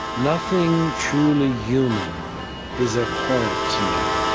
nothing truly human is abhorrent to me.